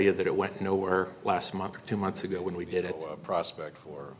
you that it went nowhere last month or two months ago when we did at the prospect for